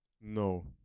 No